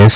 S